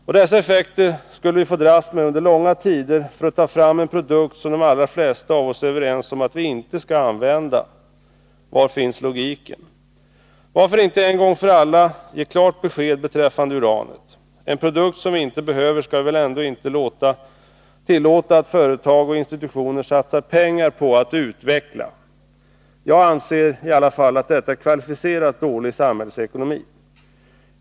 Och dessa effekter skulle vi få dras med under långa tider, för att ta fram en produkt som de allra flesta av oss är överens om att vi inte skall använda. Var finns logiken? Varför inte en gång för alla ge klart besked beträffande uranet: en produkt som vi inte behöver skall vi väl inte tillåta att företag och institutioner satsar pengar på att utveckla. Jag anser i alla fall att detta är kvalificerat dålig samhällsekonomi.